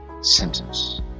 sentence